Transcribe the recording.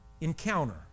encounter